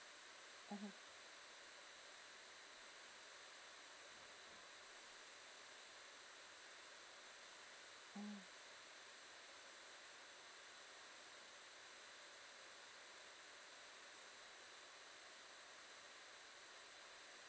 mmhmm mm